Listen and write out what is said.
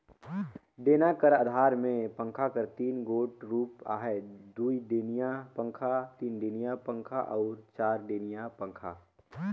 डेना कर अधार मे पंखा कर तीन गोट रूप अहे दुईडेनिया पखा, तीनडेनिया पखा अउ चरडेनिया पखा